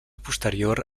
posterior